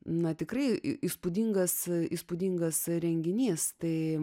na tikrai į įspūdingas įspūdingas renginys tai